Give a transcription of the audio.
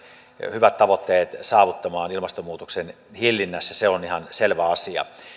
hyvät tavoitteet saavuttamaan ilmastonmuutoksen hillinnässä se on ihan selvä asia